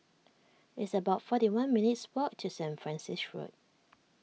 it's about forty one minutes' walk to Saint Francis Road